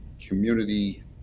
community